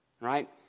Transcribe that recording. right